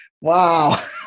Wow